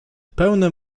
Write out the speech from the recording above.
pełne